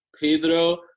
Pedro